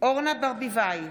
אורנה ברביבאי,